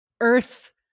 earth